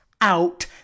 out